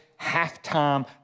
halftime